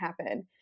happen